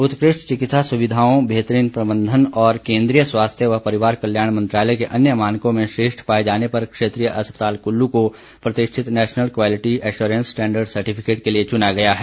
उत्कृष्ट चिकित्सा सुविधाओं बेहतरीन प्रबंधन और केंद्रीय स्वास्थ्य एवं परिवार कल्याण मंत्रालय के अन्य मानकों में श्रेष्ठ पाए जाने पर क्षेत्रीय अस्पताल कुल्लू को प्रतिष्ठित national quality assurance standards certificate के लिए चुना गया है